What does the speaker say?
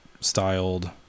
styled